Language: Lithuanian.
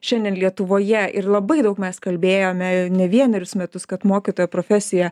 šiandien lietuvoje ir labai daug mes kalbėjome ne vienerius metus kad mokytojo profesija